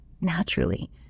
naturally